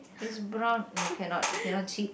is brown no cannot you cannot cheat